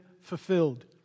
fulfilled